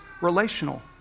relational